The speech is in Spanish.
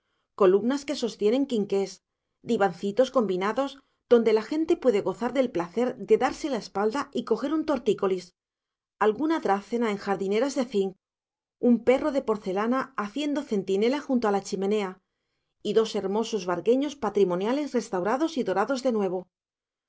columnas que sostienen quinqués divancitos cambiados donde la gente puede gozar del placer de darse la espalda y coger un tortícolis alguna drácena en jardineras de cinc un perro de porcelana haciendo centinela junto a la chimenea y dos hermosos vargueños patrimoniales restaurados y dorados de nuevo